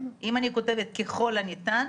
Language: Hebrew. אם אני כותבת "ככל הניתן",